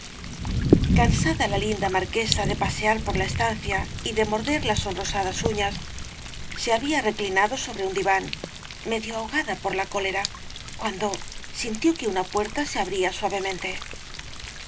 cansada la linda marquesa de pasear por la estancia y de morder las sonrosadas uñas se había reclinado sobre un diván medio ahogada por la cólera cuando sintió que una puerta se abría suavemente